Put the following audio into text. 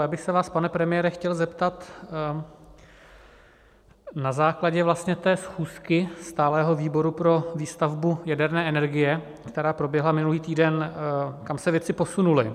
Já bych se vás, pane premiére, chtěl zeptat, na základě té schůzky stálého výboru pro výstavbu jaderné energie, která proběhla minulý týden, kam se věci posunuly.